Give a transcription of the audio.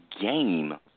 game